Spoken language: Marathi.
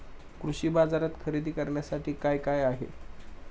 कृषी बाजारात खरेदी करण्यासाठी काय काय आहे?